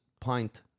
pint